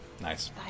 Nice